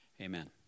Amen